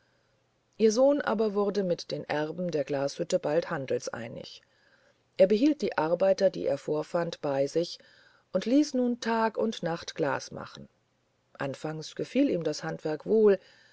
ihr sohn aber wurde mit den erben der glashütte bald handelseinig er behielt die arbeiter die er vorfand bei sich und ließ nun tag und nacht glas machen anfangs gefiel ihm das handwerk wohl